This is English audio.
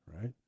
right